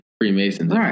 Freemasons